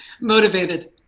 Motivated